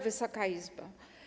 Wysoka Izbo!